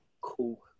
cool